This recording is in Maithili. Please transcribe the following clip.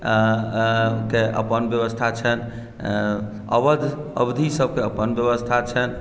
केँ अपन व्यवस्था छनि अवध अवधी सभकेँ अपन व्यवस्था छनि